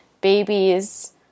babies